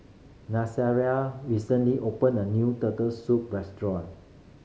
recently open a new Turtle Soup restaurant